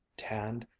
tanned,